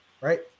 Right